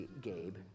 Gabe